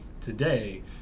today